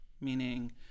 meaning